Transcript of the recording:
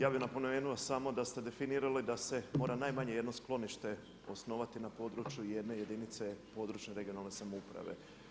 Ja bi napomenuo samo da ste definirali da se mora najmanje jedno sklonište osnovati na području jedne jedinice područne regionalne samouprave.